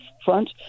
front